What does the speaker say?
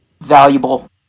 valuable